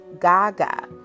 Gaga